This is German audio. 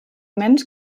mensch